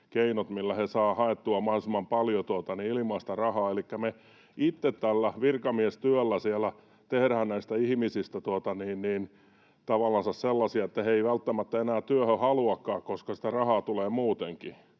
keinot, millä he saavat haettua mahdollisimman paljon ilmaista rahaa. Elikkä me itse tällä virkamiestyöllä siellä tehdään näistä ihmisistä tavallansa sellaisia, että he eivät välttämättä enää työhön haluakaan, koska sitä rahaa tulee muutenkin.